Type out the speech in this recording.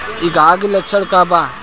डकहा के लक्षण का वा?